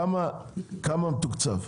כמה מתוקצב?